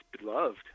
beloved